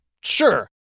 sure